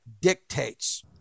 dictates